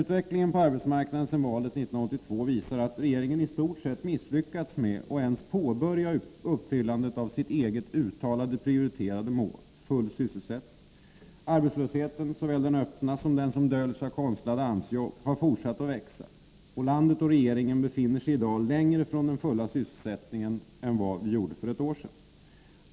Utvecklingen på arbetsmarknaden sedan valet 1982 visar att regeringen i stort sett misslyckats med att ens påbörja uppfyllandet av sitt eget uttalade prioriterade mål, full sysselsättning. Såväl den öppna arbetslösheten som den som döljs av konstlade AMS-jobb har fortsatt att öka. Landet och regeringen befinner sig i dag längre från den fulla sysselsättningen än för ett år sedan.